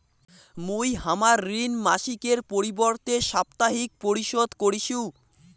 মুই হামার ঋণ মাসিকের পরিবর্তে সাপ্তাহিক পরিশোধ করিসু